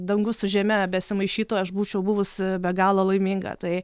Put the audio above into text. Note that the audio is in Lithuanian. dangus su žeme besimaišytų aš būčiau buvusi be galo laiminga tai